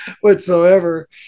whatsoever